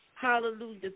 Hallelujah